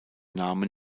name